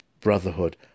Brotherhood